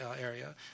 area